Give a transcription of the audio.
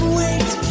wait